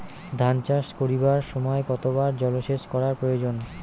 ধান চাষ করিবার সময় কতবার জলসেচ করা প্রয়োজন?